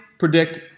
Predict